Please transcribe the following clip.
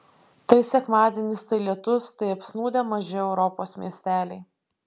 tai sekmadienis tai lietus tai apsnūdę maži europos miesteliai